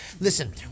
Listen